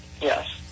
yes